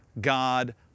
God